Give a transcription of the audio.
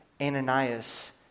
Ananias